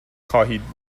خواهید